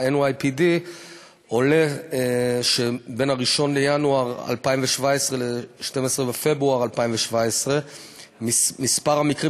ב-NYPD עולה שבין 1 בינואר 2017 ל-12 בפברואר 2017 מספר המקרים